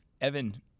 Evan